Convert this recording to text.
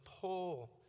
pull